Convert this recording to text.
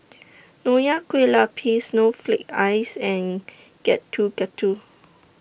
Nonya Kueh Lapis Snowflake Ice and Getuk Getuk